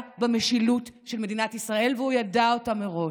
במשילות של מדינת ישראל והוא ידע אותה מראש,